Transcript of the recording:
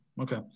okay